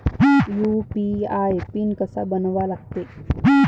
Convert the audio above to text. UPI PIN कसा बनवा लागते?